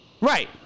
Right